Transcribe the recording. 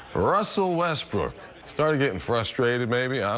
ah russell westbrook started getting frustrated, maybe. and